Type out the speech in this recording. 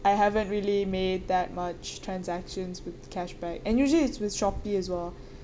I haven't really made that much transactions with cashback and usually it's with Shopee as well